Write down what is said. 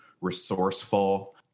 resourceful